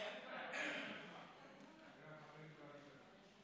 כבוד היושב-ראש,